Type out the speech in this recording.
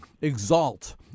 exalt